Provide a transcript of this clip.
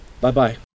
Bye-bye